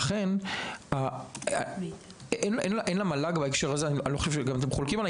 לכן אין למל"ג בהקשר הזה אני גם לא חושב שאתם חולקים עלי